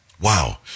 Wow